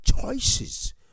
choices